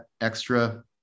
extra